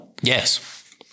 Yes